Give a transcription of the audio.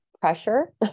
pressure